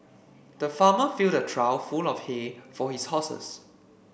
the farmer filled a trough full of hay for his horses